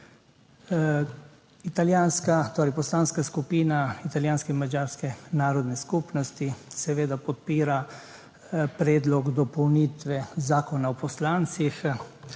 Poslanski skupini italijanske in madžarske narodne skupnosti bomo potrdili predlog dopolnitve Zakona o poslancih.